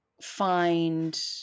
find